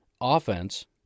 offense